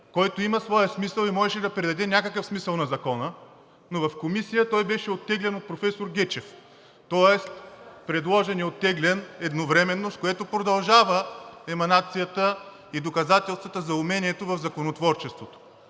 който има своя смисъл и можеше да придаде някакъв смисъл на Закона, но в Комисията той беше оттеглен от професор Гечев. Тоест предложен и оттеглен едновременно, с което продължават еманацията и доказателствата за умението в законотворчеството.